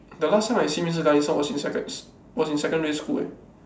the last time I see mister Ganesan it was in sec~ was in secondary school eh